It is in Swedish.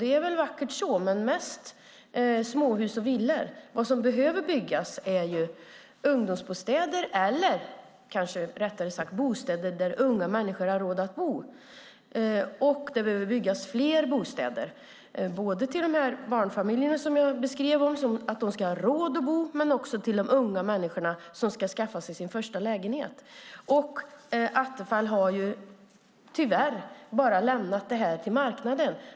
Det är väl vackert så, men det gäller mest småhus och villor. Vad som behöver byggas är ungdomsbostäder eller kanske rättare sagt bostäder som unga människor har råd att bo i. Det behöver byggas fler bostäder både för beskrivna barnfamiljer så att de har råd att bo och för de unga som ska skaffa sig sin första lägenhet. Tyvärr har Attefall bara lämnat detta till marknaden.